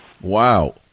Wow